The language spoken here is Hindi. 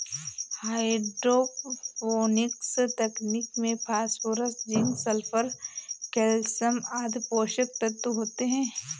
हाइड्रोपोनिक्स तकनीक में फास्फोरस, जिंक, सल्फर, कैल्शयम आदि पोषक तत्व होते है